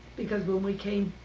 because when we came